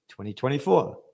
2024